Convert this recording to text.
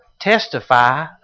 testify